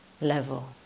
level